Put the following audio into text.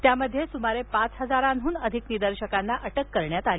त्यामध्ये सुमारे पाच हजारांहून अधिक निदर्शकांना अटक करण्यात आली